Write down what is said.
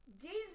Jesus